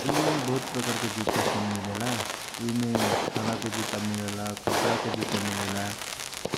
दुनियामे बहुत प्रकारके जुता छव मिलेला उमे साला के जुता कपडा के जुता मिलेला